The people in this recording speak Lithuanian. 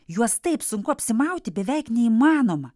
juos taip sunku apsimauti beveik neįmanoma